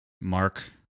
Mark